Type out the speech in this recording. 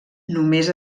només